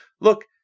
Look